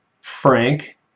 Frank